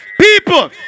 People